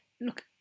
look